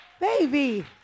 Baby